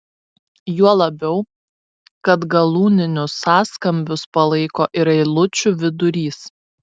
juo labiau kad galūninius sąskambius palaiko ir eilučių vidurys